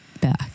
back